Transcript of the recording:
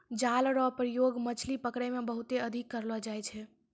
जाल रो प्रयोग मछली पकड़ै मे बहुते अधिक करलो जाय छै